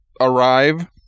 arrive